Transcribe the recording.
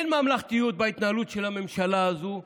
אין ממלכתיות בהתנהלות של הממשלה הזו.